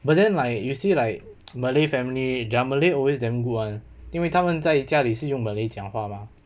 but then like you see like malay family their malay always damn good [one] 因为他们在家里是用 malay 讲话 mah